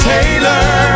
Taylor